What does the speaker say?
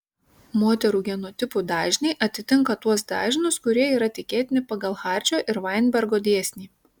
moterų genotipų dažniai atitinka tuos dažnius kurie yra tikėtini pagal hardžio ir vainbergo dėsnį